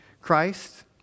Christ